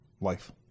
life